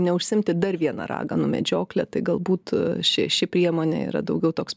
neužsiimti dar viena raganų medžiokle tai galbūt ši ši priemonė yra daugiau toks